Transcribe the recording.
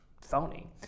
phony